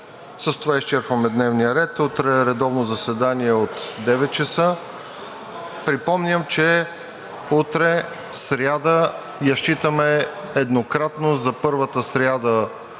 С това изчерпваме дневния ред. Утре – редовно заседание от 9,00 часа. Припомням, че утре сряда я считаме еднократно за първата сряда